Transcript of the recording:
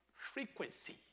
frequency